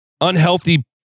unhealthy